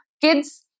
kids